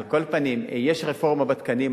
על כל פנים, יש רפורמה בתקנים.